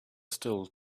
still